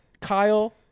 Kyle